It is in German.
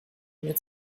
mir